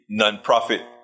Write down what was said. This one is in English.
nonprofit